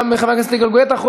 גם חבר הכנסת יגאל גואטה.